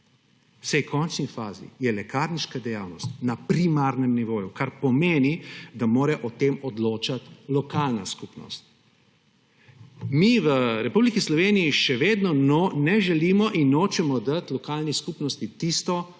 v končni fazi je lekarniška dejavnost na primarnem nivoju, kar pomeni, da mora o tem odločati lokalna skupnost. Mi v Republiki Sloveniji še vedno ne želimo in nočemo dati lokalni skupnosti tiste